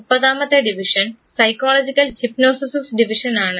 മുപ്പതാമത്തെ division psychological hypnosis ഡിവിഷനാണ്